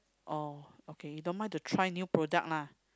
oh okay you don't mind to try new product lah